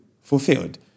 fulfilled